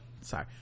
Sorry